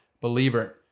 believer